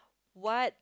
what